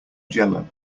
jello